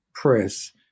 Press